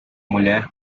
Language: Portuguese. mulher